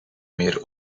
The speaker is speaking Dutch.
meer